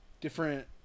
different